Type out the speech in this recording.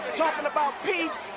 talking about peace.